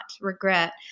regret